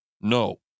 No